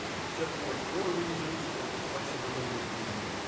i set forth for reasons that this flexibility is needed